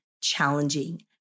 challenging